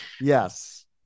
Yes